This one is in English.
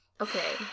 Okay